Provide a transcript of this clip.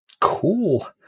cool